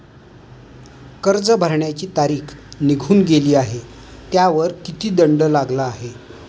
कर्ज भरण्याची तारीख निघून गेली आहे त्यावर किती दंड लागला आहे?